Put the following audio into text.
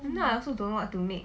if not I also don't know what to make